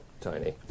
tiny